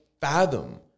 fathom